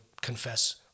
confess